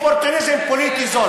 ואופורטוניזם פוליטי זול.